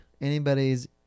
anybody's